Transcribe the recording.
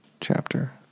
chapter